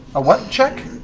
a what check?